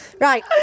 Right